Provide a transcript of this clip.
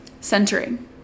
Centering